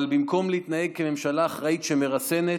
אבל במקום להתנהג כממשלה אחראית שמרסנת,